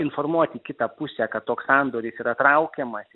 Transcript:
informuoti kitą pusę kad toks sandoris yra traukiamas